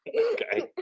Okay